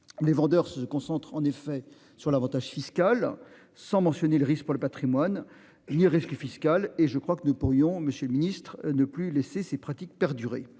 Les vendeurs se concentre en effet sur l'Avantage fiscal sans mentionner le risque pour le Patrimoine, il risque fiscal et je crois que nous pourrions Monsieur le Ministre, ne plus laisser ces pratiques perdurer.